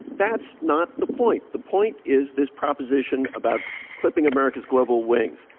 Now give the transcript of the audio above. that's not the point. the point is this proposition about clipping america's global wings.